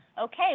okay